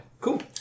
cool